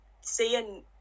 seeing